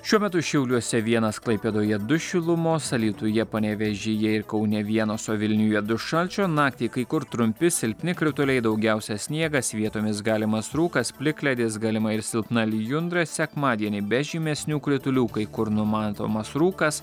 šiuo metu šiauliuose vienas klaipėdoje du šilumos alytuje panevėžyje ir kaune vienas o vilniuje du šalčio naktį kai kur trumpi silpni krituliai daugiausia sniegas vietomis galimas rūkas plikledis galima ir silpna lijundra sekmadienį be žymesnių kritulių kai kur numatomas rūkas